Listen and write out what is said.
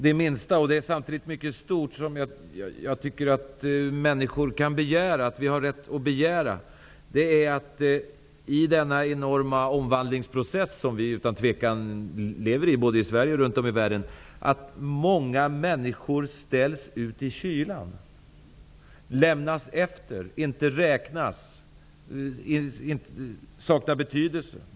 Det minsta, men som samtidigt är mycket stort, människor kan ha rätt att begära är att de i denna enorma omvandlingsprocess, som vi utan tvivel lever i både i Sverige och runt om i världen, inte ställs ut i kylan, inte betraktas som att de inte räknas eller är utan betydelse.